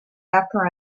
after